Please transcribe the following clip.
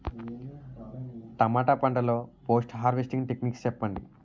టమాటా పంట లొ post harvesting techniques చెప్పండి?